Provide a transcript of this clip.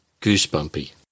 goosebumpy